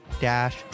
dash